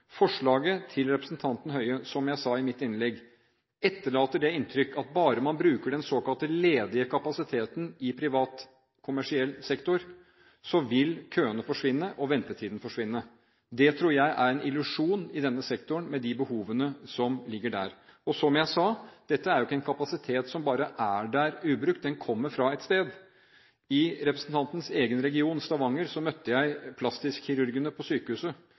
Forslaget til representanten Høie etterlater, som jeg sa i mitt innlegg, det inntrykk at bare man bruker den såkalte ledige kapasiteten i privat kommersiell sektor, vil køene og ventetidene forsvinne. Det tror jeg er en illusjon i denne sektoren, med de behovene som ligger der. Og, som jeg sa: Dette er ikke en kapasitet som bare er der ubrukt, den kommer fra et sted. I representantens egen region, Stavanger, møtte jeg plastikkirurgene på sykehuset.